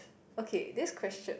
okay this question